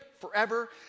forever